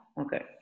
Okay